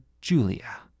Julia